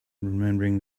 remembering